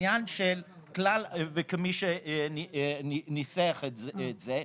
כמי שניסח את זה,